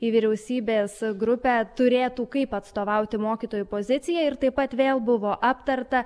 į vyriausybės grupę turėtų kaip atstovauti mokytojų poziciją ir taip pat vėl buvo aptarta